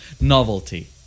Novelty